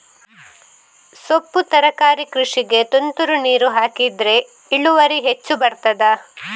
ಸೊಪ್ಪು ತರಕಾರಿ ಕೃಷಿಗೆ ತುಂತುರು ನೀರು ಹಾಕಿದ್ರೆ ಇಳುವರಿ ಹೆಚ್ಚು ಬರ್ತದ?